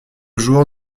jour